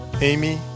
Amy